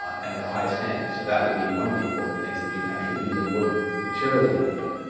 and at the highest standard. so that would be one of the important things that we can actually do that would materially benefit